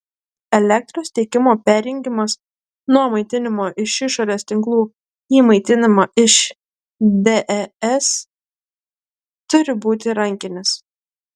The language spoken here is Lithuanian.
elektros tiekimo perjungimas nuo maitinimo iš išorės tinklų į maitinimą iš des turi būti rankinis